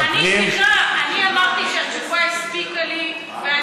אני אמרתי שהתשובה הספיקה לי.